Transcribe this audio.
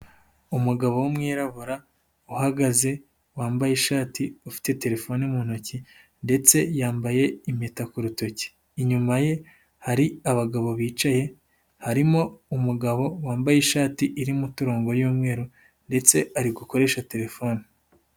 Umugabo w'umwirabura uhagaze wambaye ishati ufite telefone mu ntoki ndetse yambaye impeta ku rutoki, inyuma ye hari abagabo bicaye harimo umugabo wambaye ishati irimo uturongo y'umweru ndetse ari gukoresha telefone.